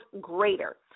greater